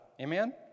Amen